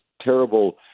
terrible